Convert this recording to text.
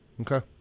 Okay